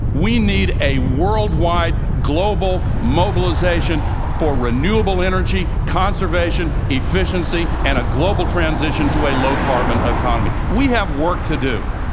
we need a worldwide, global mobilization for renewable energy, conservation, efficiency and a global transition to a low-carbon economy. we have work to do.